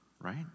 right